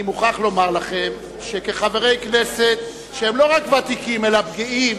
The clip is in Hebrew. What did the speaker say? אני מוכרח לומר לכם שכחברי כנסת שהם לא רק ותיקים אלא בקיאים,